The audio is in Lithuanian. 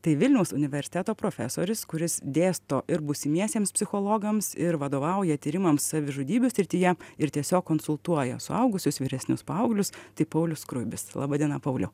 tai vilniaus universiteto profesorius kuris dėsto ir būsimiesiems psichologams ir vadovauja tyrimams savižudybių srityje ir tiesiog konsultuoja suaugusius vyresnius paauglius tai paulius skruibis laba diena pauliau